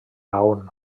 laon